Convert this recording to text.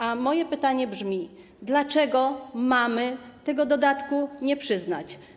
A moje pytanie brzmi: Dlaczego mamy tego dodatku nie przyznać?